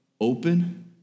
open